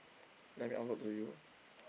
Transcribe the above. let me upload to you